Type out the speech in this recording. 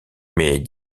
mais